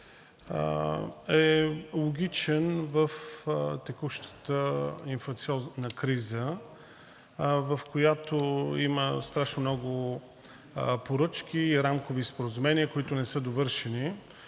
е логичен в текущата инфлационна криза, в която има страшно много поръчки и рамкови споразумения, които не са довършени,